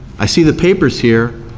i see the paper's here.